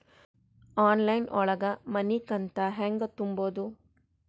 Online ಒಳಗ ಮನಿಕಂತ ಹ್ಯಾಂಗ ತುಂಬುದು?